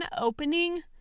opening